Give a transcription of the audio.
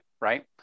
right